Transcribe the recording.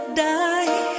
die